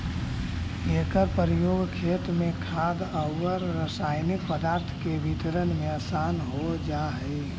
एकर प्रयोग से खेत में खाद औउर रसायनिक पदार्थ के वितरण में आसान हो जा हई